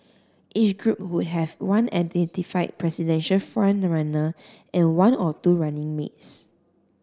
each group would have one identified presidential front runner and one or two running mates